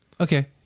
Okay